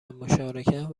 مشارکت